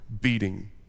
beating